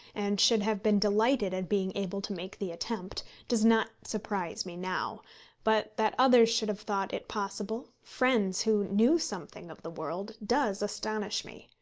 and should have been delighted at being able to make the attempt, does not surprise me now but that others should have thought it possible, friends who knew something of the world, does astonish me.